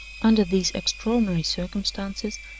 under these extraordinary circumstances,